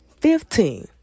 Fifteen